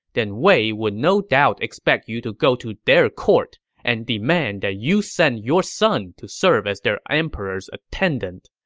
then wei would no doubt expect you to go to their court and demand that you send your son to serve as their emperor's attendant.